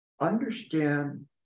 understand